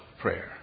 prayer